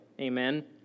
Amen